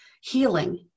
healing